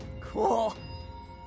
Cool